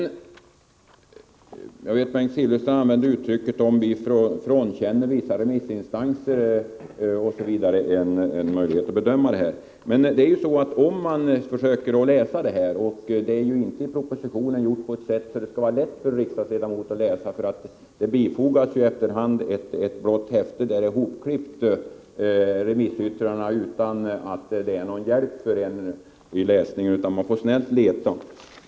Bengt Silfverstrand använde uttrycket att vi frånkänner vissa remissinstanser möjlighet att bedöma det här. Låt mig säga att det är inte så lätt för en riksdagsledamot att läsa vad remissinstanserna har tyckt, eftersom yttrandena finns ihopklippta i ett särskilt häfte där man snällt får leta sig fram.